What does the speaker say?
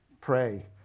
pray